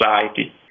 society